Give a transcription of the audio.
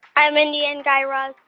hi, mindy and guy raz.